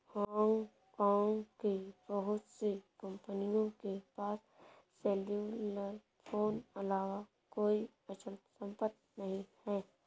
Hong Kong की बहुत सी कंपनियों के पास सेल्युलर फोन अलावा कोई अचल संपत्ति नहीं है